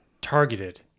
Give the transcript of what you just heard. Targeted